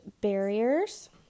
barriers